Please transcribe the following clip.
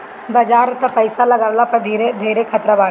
बाजार में तअ पईसा लगवला पअ धेरे खतरा बाटे